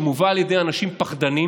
שמובא על ידי אנשים פחדנים,